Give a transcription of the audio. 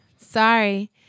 Sorry